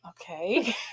Okay